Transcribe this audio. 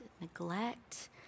neglect